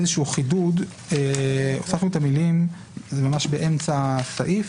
איזשהו חידוד, באמצע הסעיף